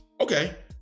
okay